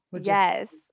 yes